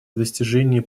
достижение